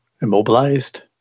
immobilized